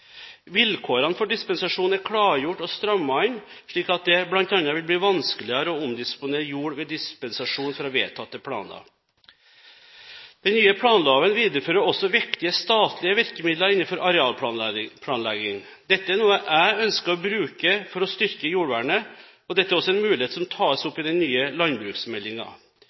Vilkårene for dispensasjon er klargjort og strammet inn, slik at det bl.a. vil bli vanskeligere å omdisponere jord ved dispensasjon fra vedtatte planer. Den nye planloven viderefører også viktige statlige virkemidler innenfor arealplanlegging. Dette er noe jeg ønsker å bruke for å styrke jordvernet, og dette er også en mulighet som tas opp i den nye